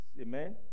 Amen